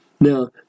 Now